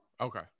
Okay